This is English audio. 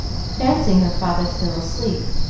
fancying her father still asleep.